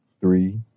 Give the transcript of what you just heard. three